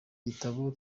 gitabo